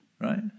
right